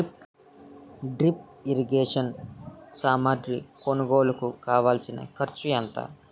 drip irrigation సామాగ్రి కొనుగోలుకు కావాల్సిన ఖర్చు ఎంత